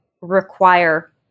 require